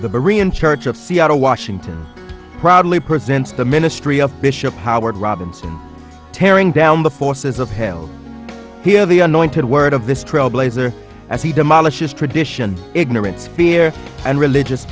of seattle washington proudly present the ministry of bishop howard robinson tearing down the forces of hail here the anointed word of this trailblazer as he demolishes tradition ignorance fear and religious